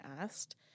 asked